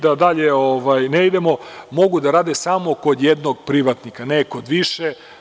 Da ne idemo dalje, mogu da rade samo kod jednog privatnika, ne kod više.